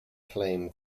claim